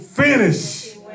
Finish